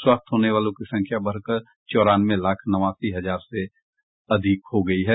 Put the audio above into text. स्वस्थ होने वालों की संख्या बढ़कर चौरानवे लाख नवासी हजार से अधिक हो गयी है